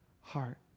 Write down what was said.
heart